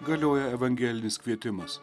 galioja evangelinis kvietimas